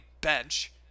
Bench